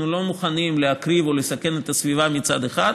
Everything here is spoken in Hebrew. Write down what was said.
אנחנו לא מוכנים להקריב או לסכן את הסביבה מצד אחד,